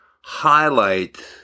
highlight